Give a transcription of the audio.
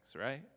right